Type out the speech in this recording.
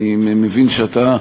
אני מבין שאתה,